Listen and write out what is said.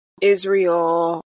Israel